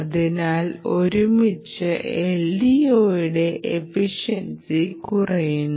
അതിനാൽ ഒരുമിച്ച് LDOയുടെ എഫിഷൻസി കുറയുന്നു